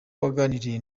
waganiriye